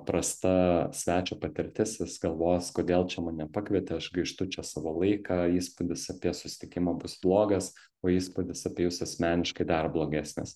prasta svečio patirtis jis galvos kodėl čia mane pakvietė aš gaištu čia savo laiką įspūdis apie susitikimą bus blogas o įspūdis apie jus asmeniškai dar blogesnis